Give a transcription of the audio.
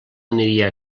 aniria